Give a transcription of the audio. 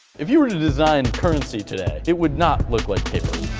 if you were to design currency today, it would not look like paper.